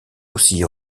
aussi